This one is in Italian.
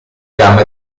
gamma